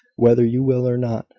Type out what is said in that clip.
whether you will or not.